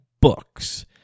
books